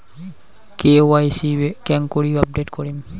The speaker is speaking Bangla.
কে.ওয়াই.সি কেঙ্গকরি আপডেট করিম?